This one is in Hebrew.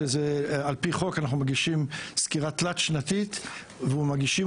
שעל פי חוק אנחנו מגישים סקירה תלת-שנתית ומגישים